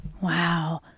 Wow